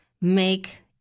make